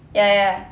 ya ya ya